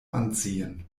anziehen